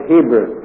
Hebrew